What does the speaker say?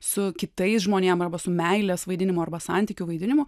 su kitais žmonėm arba su meilės vaidinimu arba santykių vaidinimu